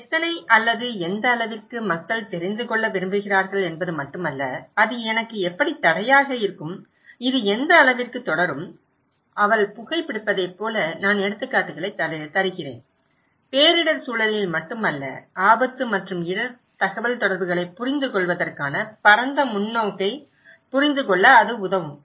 எத்தனை அல்லது எந்த அளவிற்கு மக்கள் தெரிந்து கொள்ள விரும்புகிறார்கள் என்பது மட்டுமல்ல அது எனக்கு எப்படித் தடையாக இருக்கும் இது எந்த அளவிற்கு தொடரும் அவள் புகைபிடிப்பதைப் போல நான் எடுத்துக்காட்டுகளைத் தருகிறேன் பேரிடர் சூழலில் மட்டுமல்ல ஆபத்து மற்றும் இடர் தகவல்தொடர்புகளைப் புரிந்துகொள்வதற்கான பரந்த முன்னோக்கைப் புரிந்துகொள்ள அது உதவும்